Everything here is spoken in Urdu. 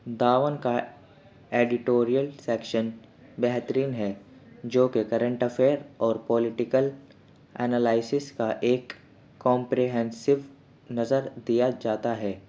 داون کا ایڈیٹوریئل سیکشن بہترین ہے جو کہ کرنٹ افیئر اور پولیٹیکل اینالائیسس کا ایک کومپریہنسب نظر دیا جاتا ہے